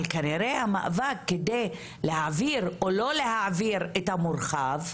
אבל כנראה המאבק כדי להעביר או לא להעביר את המורחב,